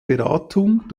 beratung